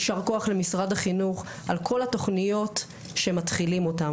יישר כוח למשרד החינוך על כל התוכניות שמתחילים אותן.